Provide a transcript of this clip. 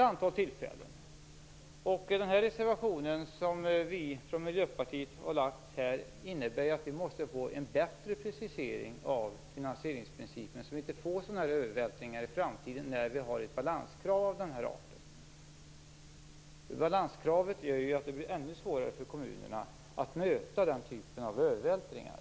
I Miljöpartiets reservation pekar vi på att vi måste få en bättre precisering av finansieringsprincipen, så att vi inte får sådana övervältringar i framtiden, när vi har ett balanskrav av denna art. Balanskravet gör det ännu svårare för kommunerna att möta den typen av övervältringar.